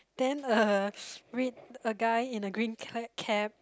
then uh red a guy in a green c~ cap